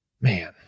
Man